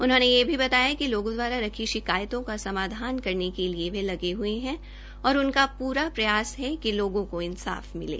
उन्होंने यह भी बताया कि लोगों द्वारा रखी शिकायतों का समाधान करने के लिए वह लगे हुए हैं तथा उनका पूरा प्रयास है कि लोगों को इंसाफ मिले